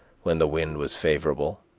when the wind was favorable,